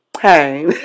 Hey